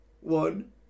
one